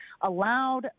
allowed